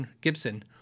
Gibson